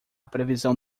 previsão